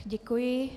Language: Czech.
Děkuji.